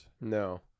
No